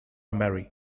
marie